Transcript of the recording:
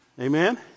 Amen